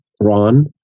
Ron